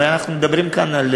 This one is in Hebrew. הרי אנחנו מדברים כאן על